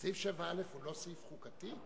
סעיף 7א הוא לא סעיף חוקתי?